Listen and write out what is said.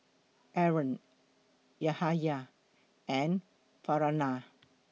Aaron Yahaya and Farhanah